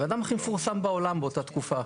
הבן-אדם הכי מפורסם בעולם באותה תקופה,